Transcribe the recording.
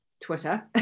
Twitter